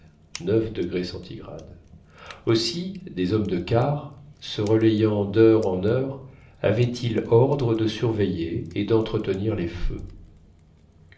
quinze degrés fahrenheit aussi des hommes de quart se relayant d'heure en heure avaient-ils ordre de surveiller et d'entretenir les feux